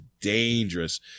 dangerous